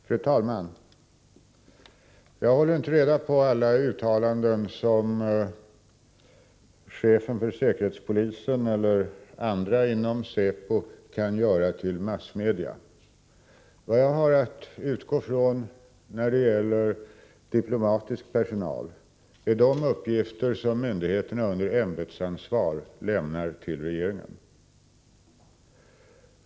Fru talman! Jag håller inte reda på alla uttalanden som chefen för säkerhetspolisen eller andra inom säpo kan göra till massmedia. Vad jag har att utgå från när det gäller diplomatisk personal är de uppgifter som myndigheterna under ämbetsansvar lämnar till regeringen.